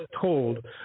told